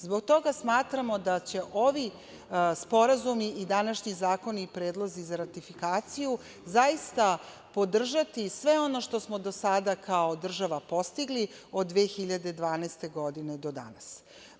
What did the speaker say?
Zbog toga smatramo da će ovi sporazumi i današnji zakoni i predlozi za ratifikaciju zaista podržati sve ono što smo do sada kao država postigli od 2012. godine do danas.